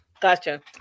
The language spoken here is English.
Gotcha